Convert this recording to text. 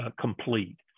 complete